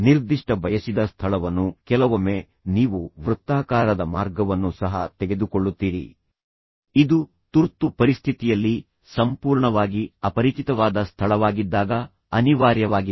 ನಿರ್ದಿಷ್ಟ ಬಯಸಿದ ಸ್ಥಳವನ್ನು ಕೆಲವೊಮ್ಮೆ ನೀವು ವೃತ್ತಾಕಾರದ ಮಾರ್ಗವನ್ನು ಸಹ ತೆಗೆದುಕೊಳ್ಳುತ್ತೀರಿ ಇದು ತುರ್ತು ಪರಿಸ್ಥಿತಿಯಲ್ಲಿ ಸಂಪೂರ್ಣವಾಗಿ ಅಪರಿಚಿತವಾದ ಸ್ಥಳವಾಗಿದ್ದಾಗ ಅನಿವಾರ್ಯವಾಗಿದೆ